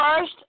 first